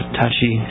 touchy